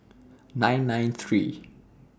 nine nine three